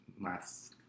last